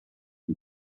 und